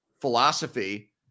philosophy